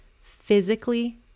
physically